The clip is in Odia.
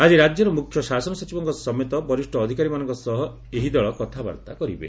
ଆଜି ରାଜ୍ୟର ମୁଖ୍ୟ ଶାସନ ସଚିବଙ୍କ ସମେତ ବରିଷ୍ଠ ଅଧିକାରୀମାନଙ୍କ ସହ ଏହି ଦଳ କଥାବାର୍ତ୍ତା କରିବେ